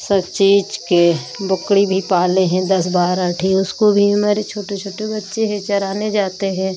सब चीज़ के बकरी भी पाले हैं दस बारह ठी उसको भी हमारे छोटे छोटे बच्चे हें चराने जाते हैं